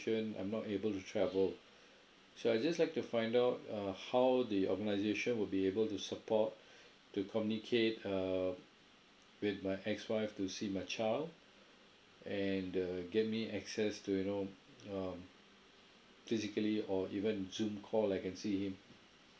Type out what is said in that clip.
I'm not able to travel so I just like to find out uh how the organisation would be able to support to communicate err with my ex wife to see my child and uh get me access to you know um physically or even zoom call I can see him